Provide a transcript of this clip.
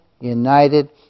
united